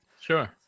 Sure